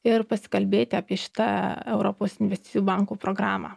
ir pasikalbėti apie šitą europos investicijų bankų programą